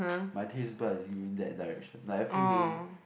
my taste bud is going that direction like I feel very